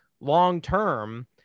long-term